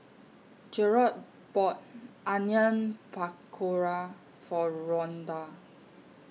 Jerrod bought Onion Pakora For Rhonda